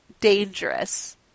dangerous